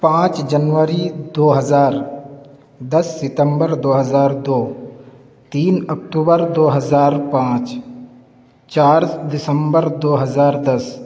پانچ جنوری دو ہزار دس ستمبر دو ہزار دو تین اکتوبر دو ہزار پانچ چار دسمبر دو ہزار دس